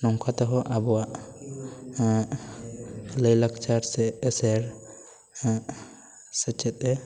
ᱱᱚᱝᱠᱟ ᱛᱮᱦᱚᱸ ᱟᱵᱚᱭᱟᱜ ᱞᱟᱹᱭ ᱞᱟᱠᱪᱟᱨ ᱥᱮ ᱮᱥᱮᱨ ᱥᱮᱪᱮᱫ ᱮ